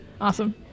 awesome